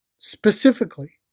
Specifically